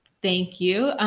thank you.